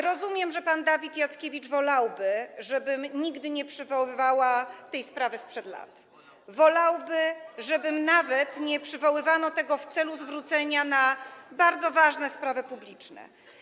Rozumiem, że pan Dawid Jackiewicz wolałby, żebym nigdy nie przywoływała tej sprawy sprzed lat, wolałby, żeby nie przywoływano tego nawet w celu zwrócenia uwagi na bardzo ważne sprawy publiczne.